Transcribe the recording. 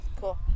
Cool